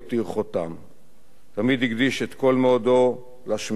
תמיד הקדיש את כל מאודו לשמירה על ביטחון ישראל.